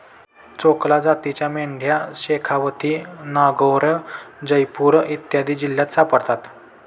चोकला जातीच्या मेंढ्या शेखावती, नागैर, जयपूर इत्यादी जिल्ह्यांत सापडतात